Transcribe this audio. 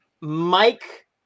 Mike